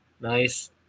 Nice